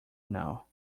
now